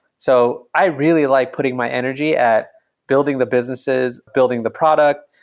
so i really like putting my energy at building the businesses, building the product,